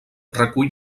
recull